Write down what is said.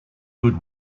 good